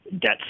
debt